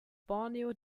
borneo